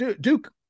Duke